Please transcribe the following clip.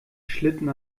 schlitten